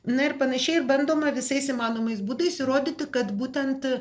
na ir panašiai ir bandoma visais įmanomais būdais įrodyti kad būtent